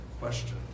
question